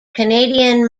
canadian